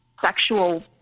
sexual